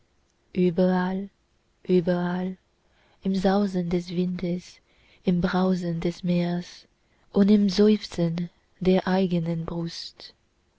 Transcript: überall überall im sausen des windes im brausen des meers und im seufzen der eigenen brust